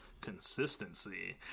consistency